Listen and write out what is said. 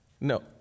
No